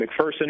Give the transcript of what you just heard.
McPherson